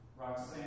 Roxanne